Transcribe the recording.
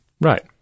Right